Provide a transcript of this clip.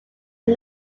are